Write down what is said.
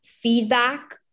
feedback